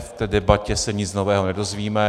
V té debatě se nic nového nedozvíme.